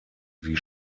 sie